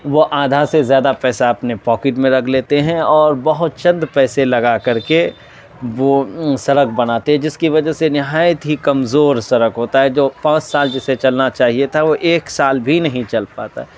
وہ آدھا سے زیادہ پیسہ اپنے پاکٹ میں رکھ لیتے ہیں اوربہت چند پیسے لگا کر کے وہ سڑک بناتے ہیں جس کی وجہ سے نہایت ہی کمزور سڑک ہوتا ہے جو پانچ سال جسے چلنا چاہیے تھا وہ ایک سال بھی نہیں چل پاتا